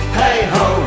hey-ho